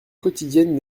quotidienne